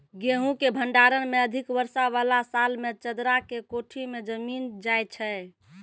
गेहूँ के भंडारण मे अधिक वर्षा वाला साल मे चदरा के कोठी मे जमीन जाय छैय?